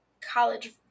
college